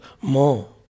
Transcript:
more